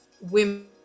women